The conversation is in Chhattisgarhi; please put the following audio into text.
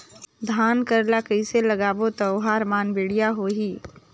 धान कर ला कइसे लगाबो ता ओहार मान बेडिया होही?